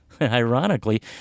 Ironically